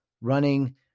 running